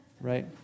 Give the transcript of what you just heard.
Right